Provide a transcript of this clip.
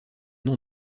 nom